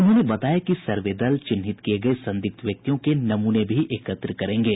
उन्होंने बताया कि सर्वे दल चिन्हित किये गये संदिग्ध व्यक्तियों के नमूने भी एकत्र करेंगे